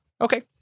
Okay